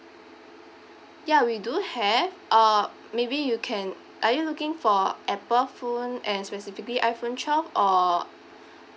ya we do have uh maybe you can are you looking for apple phone and specifically iphone twelve or